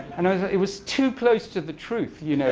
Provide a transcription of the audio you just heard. and it was ah it was too close to the truth. you know